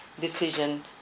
decision